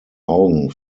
augen